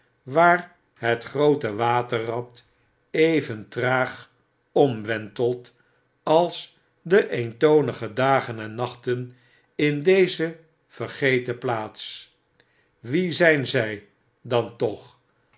waar het groote waterrad even traag omwentelt als de eentonige dagen en nachten in deze vergeten plaats wie zijn zij dan toch